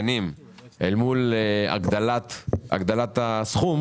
קטנים אל מול הגדלת הסכום